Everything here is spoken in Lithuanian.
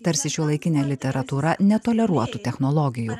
tarsi šiuolaikinė literatūra netoleruotų technologijų